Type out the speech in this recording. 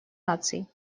наций